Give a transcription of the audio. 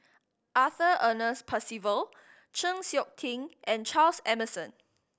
Arthur Ernest Percival Chng Seok Tin and Charles Emmerson